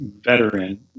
veteran